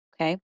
okay